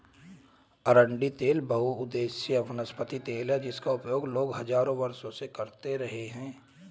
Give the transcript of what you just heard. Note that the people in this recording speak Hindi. अरंडी तेल बहुउद्देशीय वनस्पति तेल है जिसका उपयोग लोग हजारों वर्षों से करते रहे हैं